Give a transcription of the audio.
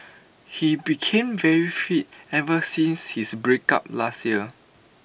he became very fit ever since his breakup last year